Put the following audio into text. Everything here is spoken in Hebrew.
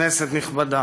כנסת נכבדה.